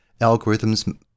Algorithms